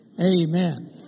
amen